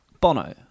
Bono